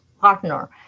partner